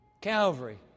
Calvary